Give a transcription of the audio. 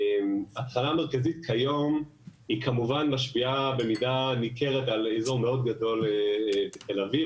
התחנה המרכזית כיום משפיעה במידה ניכרת על אזור מאוד גדול בתל אביב,